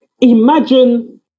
imagine